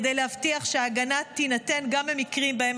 כדי להבטיח שההגנה תינתן גם במקרים שבהם